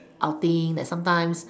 outing like sometimes